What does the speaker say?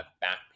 back